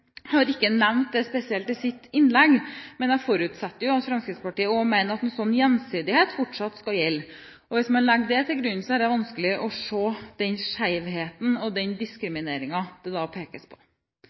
har ikke nevnt dette spesielt i sitt innlegg, men jeg forutsetter at også Fremskrittspartiet mener at en slik gjensidighet fortsatt skal gjelde. Hvis man legger dette til grunn, er det vanskelig å se den skjevheten og den